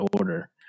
order